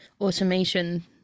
automation